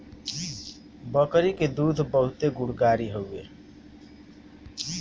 बकरी के दूध बहुते गुणकारी हवे